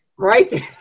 right